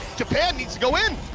japan needs to go in.